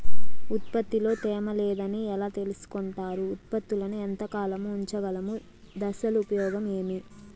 ఉత్పత్తి లో తేమ లేదని ఎలా తెలుసుకొంటారు ఉత్పత్తులను ఎంత కాలము ఉంచగలము దశలు ఉపయోగం ఏమి?